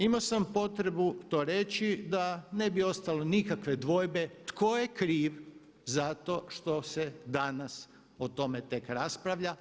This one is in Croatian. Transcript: Imao sam potrebu to reći da ne bi ostale nikakve dvojbe tko je kriv zato što se danas o tome tek raspravlja.